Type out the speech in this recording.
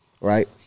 Right